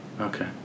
Okay